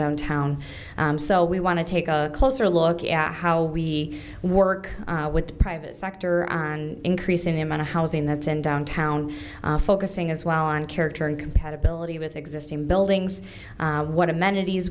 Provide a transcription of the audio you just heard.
downtown so we want to take a closer look at how we work with the private sector and increasing the amount of housing that's in downtown focusing as well on character and compatibility with existing buildings what amenities